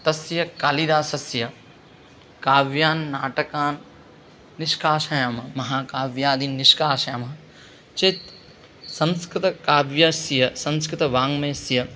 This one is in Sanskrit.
तस्य कालिदासस्य काव्यानि नाटकानि निष्कासयामः महाकाव्यादि निष्कासयामः चेत् संस्कृतकाव्यस्य संस्कृतवाङ्मयस्य